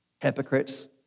Hypocrites